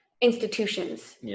institutions